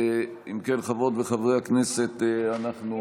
אם כן, חברות וחברי הכנסת, אנחנו